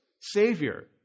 Savior